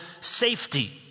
safety